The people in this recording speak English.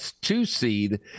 two-seed